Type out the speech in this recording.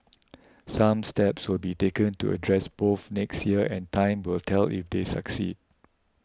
some steps will be taken to address both next year and time will tell if they succeed